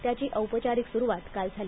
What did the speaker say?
त्याची औपचारीक सुरुवात काल झाली